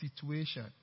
situation